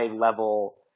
level